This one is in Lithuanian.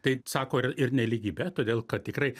taip sako ir ir nelygybę todėl kad tikrai